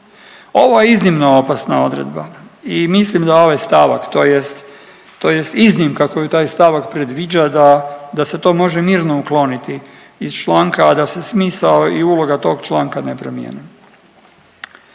Ovo je iznimno opasna odredba i mislim da ovaj stavak, tj. iznimka koju taj stavak predviđa da se to može mirno ukloniti iz članka, a da se smisao i uloga tog članka ne promijene.